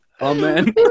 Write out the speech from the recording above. Amen